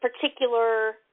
particular